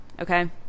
okay